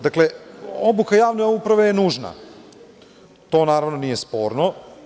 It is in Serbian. Dakle, obuka javne uprave je nužna, to naravno nije sporno.